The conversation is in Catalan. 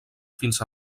fins